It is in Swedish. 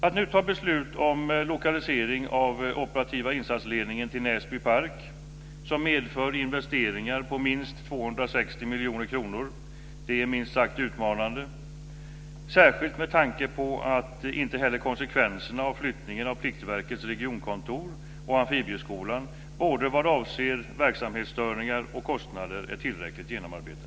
Att nu ta beslut om lokalisering av den operativa insatsledningen till Näsbypark, som medför investeringar på minst 260 miljoner kronor, är minst sagt utmanande, särskilt med tanke på att inte heller konsekvenserna av flyttning av Pliktverkets regionkontor och Amfibieskolan, både vad avser verksamhetsstörningar och kostnader, är tillräckligt genomarbetade.